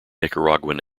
nicaraguan